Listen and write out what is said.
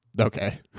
Okay